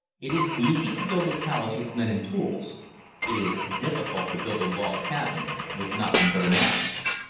it is easy to build a palace with men and tools it is difficult to build a log cabin with nothing but an ax.